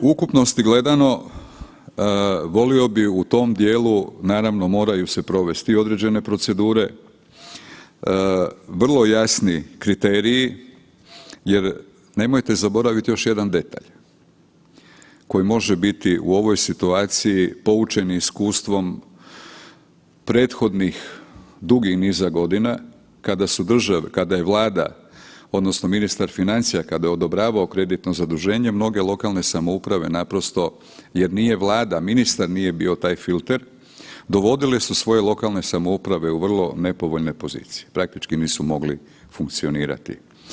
U ukupnosti gledano volio bih u tom dijelu, naravno moraju se provesti i određene procedure, vrlo jasni kriteriji jer nemojte zaboraviti još jedan detalj koji može biti u ovoj situaciji poučeni iskustvom prethodnih dugi niza godina kada je vlada odnosno ministar financija kada je odobravao kreditno zaduženje, mnoge lokalne samouprave naprosto jer nije Vlada, ministar nije bio taj filter, dovodili su svoje lokalne samouprave u vrlo nepovoljne pozicije, praktički nisu mogli funkcionirati.